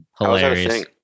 Hilarious